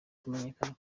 kumenyekana